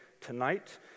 tonight